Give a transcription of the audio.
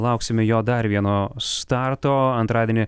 lauksime jo dar vieno starto antradienį